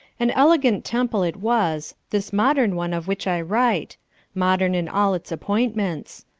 an elegant temple it was, this modern one of which i write modern in all its appointments.